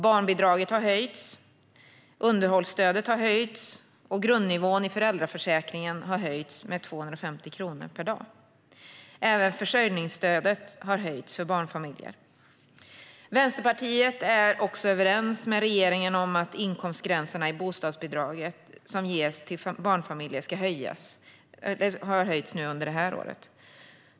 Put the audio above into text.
Barnbidraget har höjts, underhållsstödet har höjts och grundnivån i föräldraförsäkringen har höjts med 250 kronor per dag. Även försörjningsstödet har höjts för barnfamiljer. Vänsterpartiet är också överens med regeringen vad gäller inkomstgränserna i bostadsbidraget som ges till barnfamiljer; de har höjts under innevarande år.